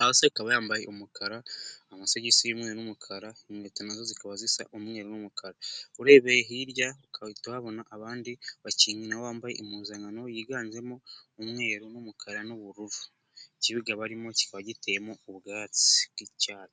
hasi akaba yambaye umukara amasogisi y'umweru n'umukara inkweto nazo zikaba zisa umweru n'umukara, urebeye hirya ugahita uhabona abandi bakinnyi bambaye impuzankano yiganjemo umweru n'umukara n'ubururu ikibuga barimo kiba giteyemo ubwatsi bw'icyatsi.